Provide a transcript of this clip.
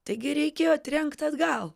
taigi reikėjo trenkti atgal